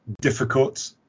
difficult